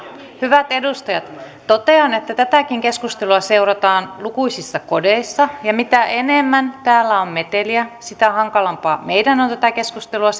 hyvät edustajat totean että tätäkin keskustelua seurataan lukuisissa kodeissa ja mitä enemmän täällä on meteliä sitä hankalampaa meidän on tätä keskustelua